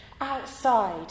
outside